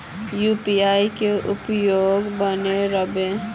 UPI के उपयोग केना करबे?